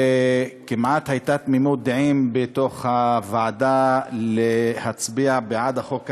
כמעט הייתה תמימות דעים בוועדה להצביע בעד החוק הזה.